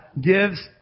gives